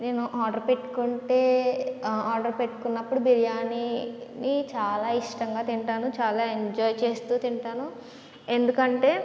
నేను ఆర్డర్ పెట్టుకుంటే ఆర్డర్ పెట్టుకున్నప్పుడు బిర్యానీని చాలా ఇష్టంగా తింటాను చాలా ఎంజాయ్ చేస్తూ తింటాను ఎందుకంటే